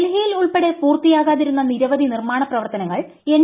ഡൽഹിയിൽ ഉൾപ്പെടെപൂർത്തിയാകാതിരുന്ന നിരവധി നിർമാണ പ്രവർത്തനങ്ങൾ എൻ